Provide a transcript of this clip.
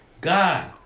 God